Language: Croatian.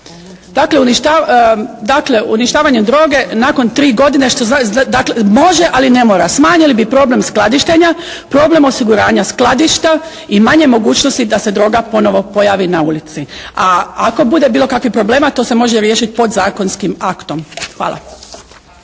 Dakle uništavanje droge nakon tri godine, što dakle može ali ne mora, smanjili bi problem skladištenja, problem osiguranja skladišta i manje mogućnosti da se droga ponovo pojavi na ulici. A ako bude bilo kakvih problema, to se može riješiti podzakonskim aktom. Hvala.